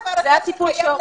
זה טיפול שורש.